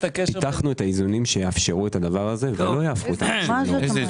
פיתחנו את האיזונים שיאפשרו את הדבר הזה ולא יהפכו אותם לכאלה.